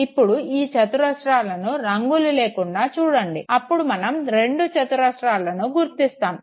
ఇప్పుడు ఈ చతురస్రాలను రంగులు లేకుండా చూడండి అప్పుడు మనం రెండు చతుర్స్రాలను గుర్తిస్తాము